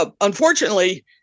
Unfortunately